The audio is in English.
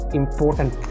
important